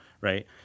right